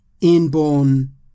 inborn